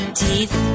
teeth